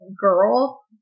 girl